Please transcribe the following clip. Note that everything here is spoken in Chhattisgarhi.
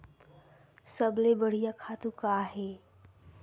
सबले बढ़िया खातु का हे?